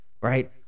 Right